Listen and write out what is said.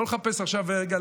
לא לחפש עכשיו: רגע,